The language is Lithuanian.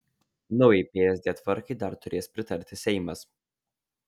naujai psd tvarkai dar turės pritarti seimas